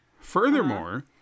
Furthermore